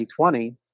2020